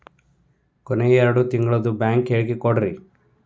ಕೊನೆ ಎರಡು ತಿಂಗಳದು ಬ್ಯಾಂಕ್ ಹೇಳಕಿ ಕೊಡ್ರಿ